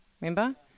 Remember